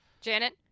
Janet